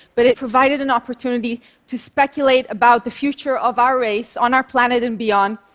but it provided an opportunity to speculate about the future of our race on our planet and beyond,